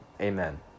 Amen